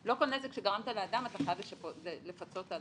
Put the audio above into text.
לא כל נזק שגרמת לאדם אתה חייב לפצות עליו.